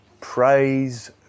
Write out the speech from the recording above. Praise